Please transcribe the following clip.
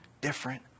different